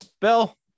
Bill